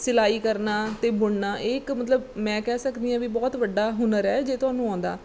ਸਿਲਾਈ ਕਰਨਾ ਅਤੇ ਬੁਣਨਾ ਇਹ ਇੱਕ ਮਤਲਬ ਮੈਂ ਕਹਿ ਸਕਦੀ ਹਾਂ ਵੀ ਬਹੁਤ ਵੱਡਾ ਹੁਨਰ ਹੈ ਜੇ ਤੁਹਾਨੂੰ ਆਉਂਦਾ